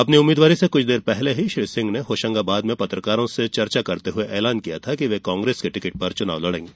अपनी उम्मीदवारी से कुछ देर पहले ही श्री सिंह ने होशंगाबाद में पत्रकारों से चर्चा करते हुए ऐलान किया था कि वे कांग्रेस के टिकट पर चुनाव लड़ेंगे